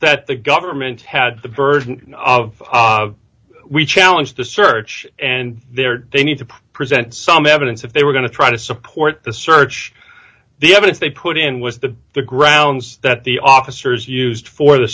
that the government had the burden of we challenge the search and there they need to present some evidence if they were going to try to support the search the evidence they put in was the the grounds that the officers used for the